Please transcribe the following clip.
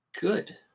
Good